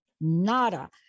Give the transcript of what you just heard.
Nada